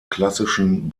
klassischen